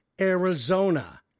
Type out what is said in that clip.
Arizona